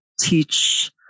teach